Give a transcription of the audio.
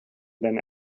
than